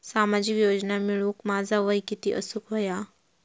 सामाजिक योजना मिळवूक माझा वय किती असूक व्हया?